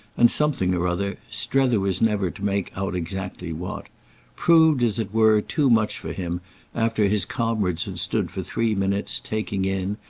and something, or other strether was never to make out exactly what proved, as it were, too much for him after his comrades had stood for three minutes taking in,